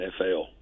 NFL